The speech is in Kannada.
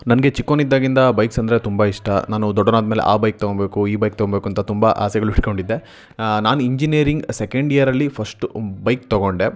ನನಗೆ ಚಿಕ್ಕವನಿದ್ದಾಗಿಂದ ಬೈಕ್ಸ್ ಅಂದರೆ ತುಂಬ ಇಷ್ಟ ನಾನು ದೊಡ್ಡವ್ನು ಆದ ಮೇಲೆ ಆ ಬೈಕ್ ತೊಗೊಳ್ಬೇಕು ಈ ಬೈಕ್ ತೊಂಬೇಕು ಅಂತ ತುಂಬ ಆಸೆಗಳು ಇಟ್ಟುಕೊಂಡಿದ್ದೆ ನಾನು ಇಂಜಿನಿಯರಿಂಗ್ ಸೆಕೆಂಡ್ ಇಯರಲ್ಲಿ ಫಸ್ಟು ಬೈಕ್ ತೊಗೊಂಡೆ